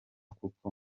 kuko